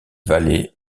vallées